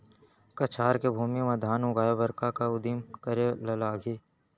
कछार के भूमि मा धान उगाए बर का का उदिम करे ला लागही?